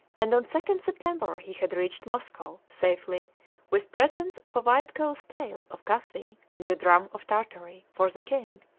and on second september he had reached moscow safely with presents of a white cow's tail of cathay and a drum of tartary for the king,